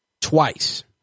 twice